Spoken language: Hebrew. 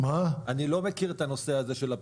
אני לא מכיר את הנושא הזה של הפתיחה,